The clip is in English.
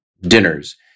dinners